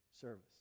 service